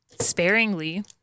Sparingly